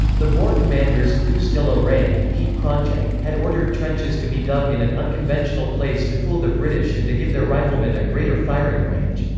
the boer commanders, koos de la rey and piet cronje, had ordered trenches to be dug in an unconventional place to fool the british and to give their riflemen a greater firing range.